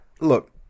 Look